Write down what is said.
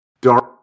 dark